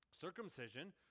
Circumcision